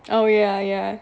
oh ya ya